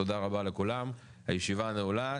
תודה רבה לכולם, הישיבה נעולה.